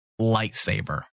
lightsaber